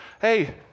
hey